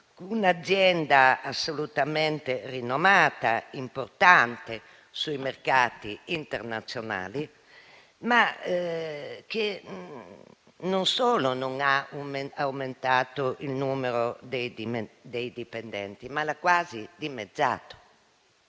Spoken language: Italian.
Un'azienda assolutamente rinomata, importante sui mercati internazionali, ma che non solo non ha aumentato il numero dei dipendenti, ma lo ha quasi dimezzato;